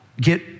get